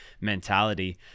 mentality